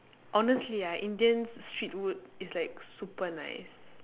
honestly ah Indian's street food is like super nice